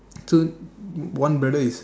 so one brother is